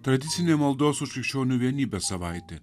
tradicinė maldos už krikščionių vienybę savaitė